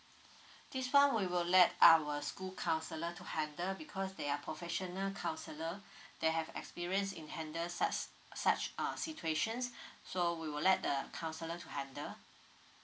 this [one] we will let our school counsellor to handle because they are professional counsellor they have experience in handle such such uh situations so we will let the counsellor to handle